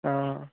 हां